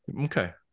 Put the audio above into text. okay